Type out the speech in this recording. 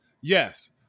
Yes